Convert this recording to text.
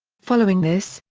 following this,